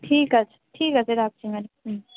ঠিক আছে ঠিক আছে রাখছি ম্যাডাম হুম